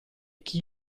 chi